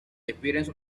appearance